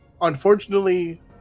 Unfortunately